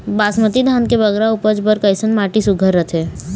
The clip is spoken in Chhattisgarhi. बासमती धान के बगरा उपज बर कैसन माटी सुघ्घर रथे?